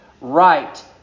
right